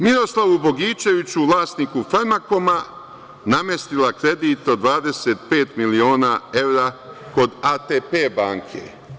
Miroslavu Bogićeviću, vlasniku „Farmakoma“, namestila kredit od 25 miliona evra kod ATP banke.